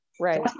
right